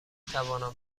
توانم